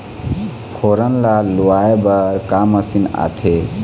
फोरन ला लुआय बर का मशीन आथे?